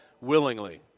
willingly